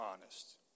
honest